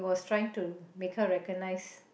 trying to make her recognise